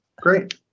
great